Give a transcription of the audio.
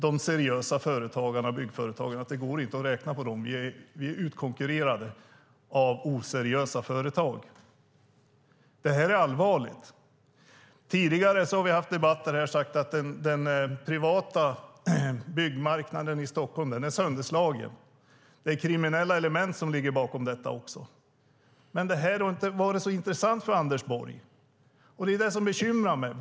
De seriösa företagarna säger: Det går inte att räkna på sådana, vi är utkonkurrerade av oseriösa företag. Det här är allvarligt. Vi har i tidigare debatter sagt att den privata byggmarknaden i Stockholm är sönderslagen. Det är delvis kriminella element som ligger bakom. Men det här har inte varit så intressant för Anders Borg. Det är det som bekymrar mig.